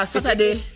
Saturday